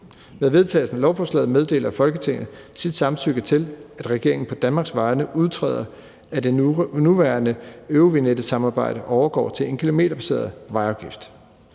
Med vedtagelsen af lovforslaget meddeler Folketinget sit samtykke til, at regeringen på Danmarks vegne udtræder af det nuværende eurovignettesamarbejde og overgår til en kilometerbaseret vejafgift.